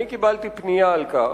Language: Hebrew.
אני קיבלתי פנייה על כך,